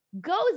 goes